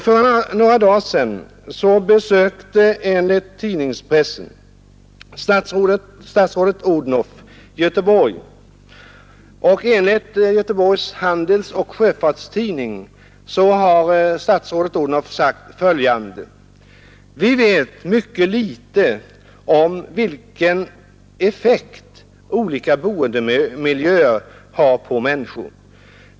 Statsrådet Odhnoff besökte tydligen Göteborg för några dagar sedan, och enligt Göteborgs Handelsoch Sjöfarts-Tid ning sade hon då följande: ”Vi vet mycket litet om vilken effekt olika boendemiljöer har på människor.